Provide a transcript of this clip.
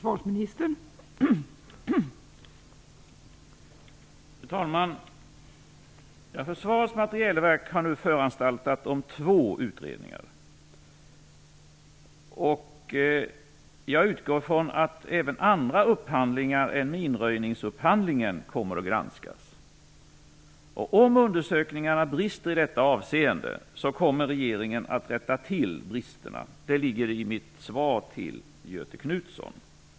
Fru talman! Försvarets materielverk har nu föranstaltat om två utredningar. Jag utgår ifrån att även andra upphandlingar än minröjningsupphandlingen kommer att granskas. Om undersökningarna brister i detta avseende kommer regeringen att rätta till bristerna. Det ligger i mitt svar till Göthe Knutson.